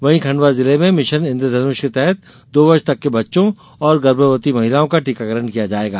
वहीं खंडवा जिले में मिशन इन्द्रधनुष के तहत दो वर्ष तक के बच्चों और गर्भवती महिलाओं का टीकाकरण किया जाएगा